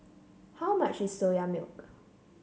how much is Soya Milk